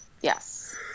Yes